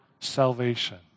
salvation